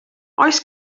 oes